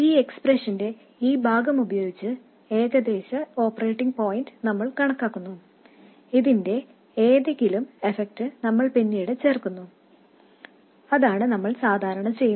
ഈ എക്സ്പ്രഷന്റെ ഈ ഭാഗം ഉപയോഗിച്ചു ഏകദേശ ഓപ്പറേറ്റിംഗ് പോയിന്റ് നമ്മൾ കണക്കാക്കുന്നു ഇതിന്റെ ഏതെങ്കിലും എഫെക്ട് നമ്മൾ പിന്നീട് ചേർക്കുന്നു അതാണ് നമ്മൾ സാധാരണ ചെയ്യുന്നത്